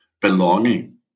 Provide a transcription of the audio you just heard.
belonging